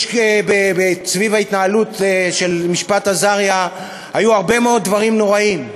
סביב ההתנהלות של משפט אזריה היו הרבה מאוד דברים נוראיים.